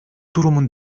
durumun